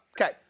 Okay